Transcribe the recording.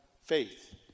faith